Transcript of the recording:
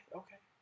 okay